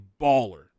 baller